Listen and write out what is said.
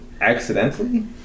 Accidentally